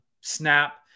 Snap